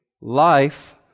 life